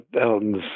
Elton's